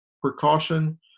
precaution